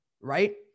right